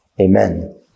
amen